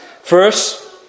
First